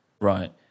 Right